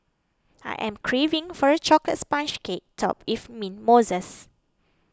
I am craving for a Chocolate Sponge Cake Topped with Mint Mousses